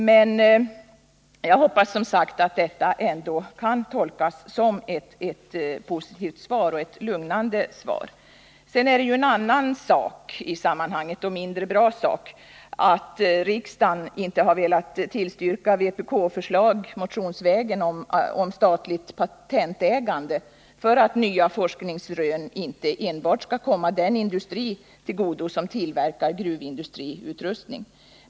Men jag hoppas, som sagt, att detta ändå kan tolkas som ett positivt och lugnande svar. En mindre bra sak i sammanhanget är ju att riksdagen inte har velat tillstyrka motionsvis framförda vpk-krav om statligt patentägande, så att nya forskningsrön inte enbart kommer den industri till godo som tillverkar gruvindustriutrustning.